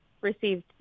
received